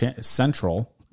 Central